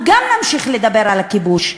נמשיך גם לדבר על הכיבוש.